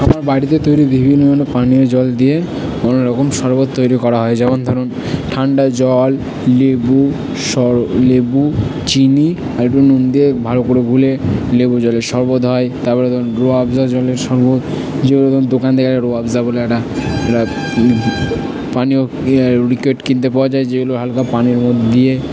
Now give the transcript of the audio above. আমার বাড়িতে তৈরি বিভিন্ন ধরনের পানীয় জল দিয়ে অন্য রকম শরবত তৈরি করা হয় যেমন ধরুন ঠান্ডা জল লেবু শর লেবু চিনি আর একটু নুন দিয়ে ভালো করে গুলে লেবু জলের শরবত হয় তারপরে ধরুন রোয়াবজা জলের শরবত দোকান থেকে একটা রোয়াবজা বলে একটা একটা পানীয় কিনতে পাওয়া যায় যেগুলো হালকা পানীয়র মধ্যে দিয়ে